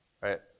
right